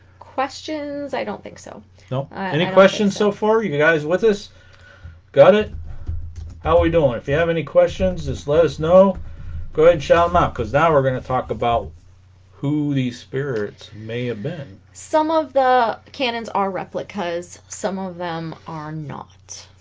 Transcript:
questions i don't think so no any questions so far you guys what this got it how are we doing if you have any questions this us know go ahead shout not because now we're gonna talk about who these spirits may have been some of the cannons are replicas some of them are not